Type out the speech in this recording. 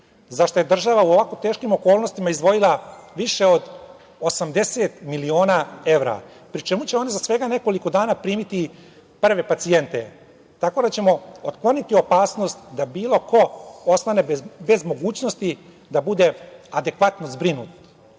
za šta je država u ovako teškim okolnostima izdvojila više od 80 miliona evra, pri čemu će one za svega nekoliko dana primiti prve pacijente, tako da ćemo otkloniti opasnost da bilo ko ostane bez mogućnosti da bude adekvatno zbrinut. Moramo